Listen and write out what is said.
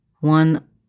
One